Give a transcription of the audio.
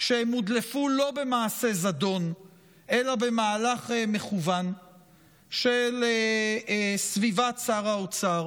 שהן הודלפו לא במעשה זדון אלא במהלך מכוון של סביבת שר האוצר